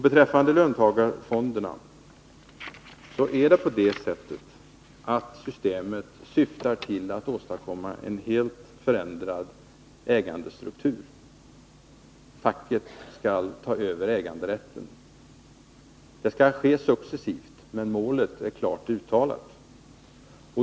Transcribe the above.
Beträffande löntagarfonderna är det på det sättet, att systemet syftar till att åstadkomma en helt förändrad ägandestruktur: facket skall ta över äganderätten. Detta skall ske successivt, men målet är klart uttalat.